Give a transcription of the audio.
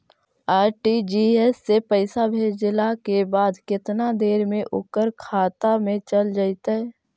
RTGS से पैसा भेजला के बाद केतना देर मे ओकर खाता मे चल जितै?